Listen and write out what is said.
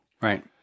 Right